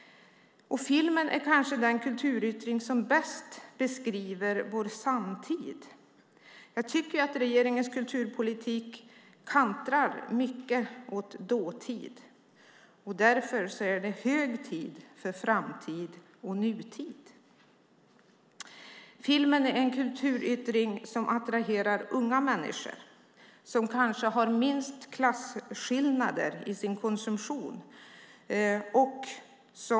Filmen är kanske den kulturyttring som bäst beskriver vår samtid. Jag tycker att regeringens kulturpolitik kantrar mycket åt dåtid. Därför är det hög tid för framtid och nutid. Filmen är en kulturyttring som attraherar unga människor, de som kanske har minst klasskillnader i sin konsumtion.